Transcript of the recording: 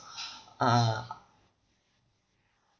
uh